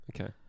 Okay